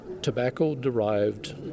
tobacco-derived